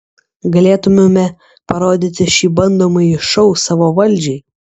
galėtumėme parodyti šį bandomąjį šou savo valdžiai